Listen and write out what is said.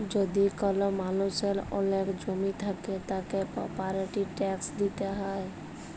যদি কল মালুষের ওলেক জমি থাক্যে, তাকে প্রপার্টির ট্যাক্স দিতে হ্যয়